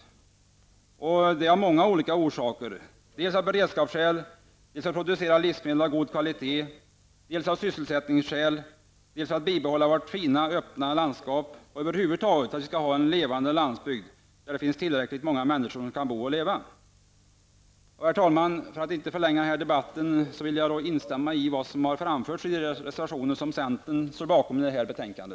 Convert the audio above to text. Detta är nödvändigt av många olika orsaker -- dels av beredskapsskäl, dels för produktion av livsmedel av god kvalitet, dels av sysselsättningsskäl, dels för bibehållande av vårt fina, öppna landskap. Det är över huvud taget nödvändigt för att vi skall ha en levande landsbygd, där tillräckligt många människor kan bo och leva. Herr talman! Jag skall inte ytterligare förlänga debatten utan inskränker mig till att med detta instämma i det som framförts i de reservationer till detta betänkande som centern står bakom.